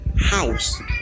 house